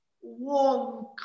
one